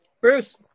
Bruce